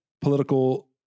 political